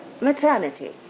Maternity